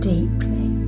Deeply